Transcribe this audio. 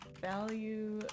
value